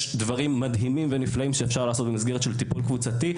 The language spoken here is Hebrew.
יש דברים מדהימים ונפלאים שאפשר לעשות במסגרת של טיפול קבוצתי.